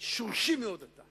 שיהיה לנו עוד משהו קטן.